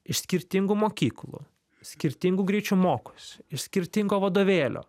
iš skirtingų mokyklų skirtingu greičiu mokosi iš skirtingo vadovėlio